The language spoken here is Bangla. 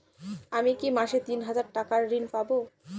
আমি কি মাসে তিন হাজার টাকার ঋণ পাবো?